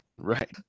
Right